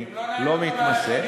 אני לא מתנשא,